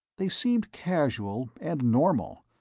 they seemed casual and normal,